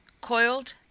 coiled